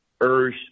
urge